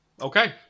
Okay